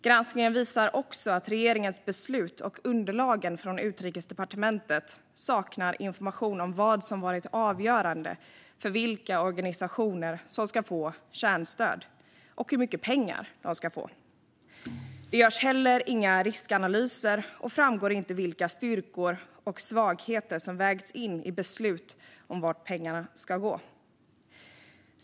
Granskningen visar också att regeringens beslut, och underlagen från Utrikesdepartementet, saknar information om vad som varit avgörande för vilka organisationer som ska få kärnstöd - och hur mycket pengar de ska få. Det görs heller inga riskanalyser och framgår inte vilka styrkor och svagheter som vägts in i beslut om vart pengarna ska gå.